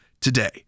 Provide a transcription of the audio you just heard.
Today